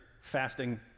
fasting